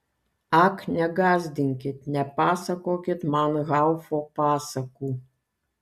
ak negąsdinkit nepasakokit man haufo pasakų